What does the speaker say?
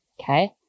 Okay